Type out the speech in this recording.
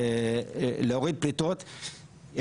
להוריד פליטות,